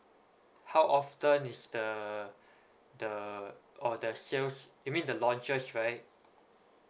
how often is the the oh the sales you mean the launches right